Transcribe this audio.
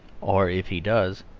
or if he does,